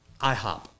IHOP